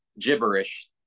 gibberish